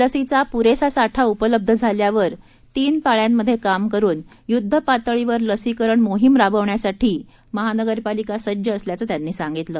लसीचा पुरेसा साठा उपलब्ध झाल्यावर तीन पाळ्यांमध्ये काम करुन युद्ध पातळीवर लसीकरण मोहीम राबवण्यसाठी महानगरपालिका सज्ज असल्याचं त्यांनी सांगितलं